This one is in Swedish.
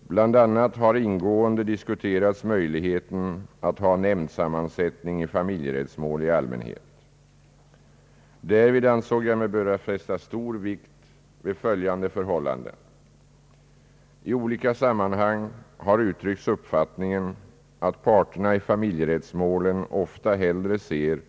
Bl. a. har ingående diskuterats möjligheten att ha nämndsammansättning i familjerättsmål i allmänhet. Därvid ansåg jag mig böra fästa stor vikt vid följande förhållanden. I olika sammanhang har uttryckts uppfattningen att parterna i familjerättsmålen ofta hellre ser